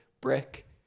brick